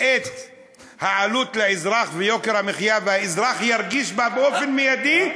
את העלות לאזרח ואת יוקר המחיה ושהאזרח ירגיש בה באופן מיידי,